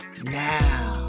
now